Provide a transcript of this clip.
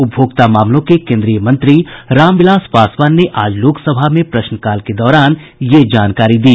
उपभोक्ता मामलों के केन्द्रीय मंत्री रामविलास पासवान ने आज लोकसभा में प्रश्नकाल के दौरान यह जानकारी दी